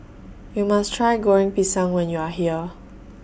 YOU must Try Goreng Pisang when YOU Are here